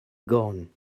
gone